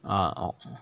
ah orh